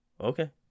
okay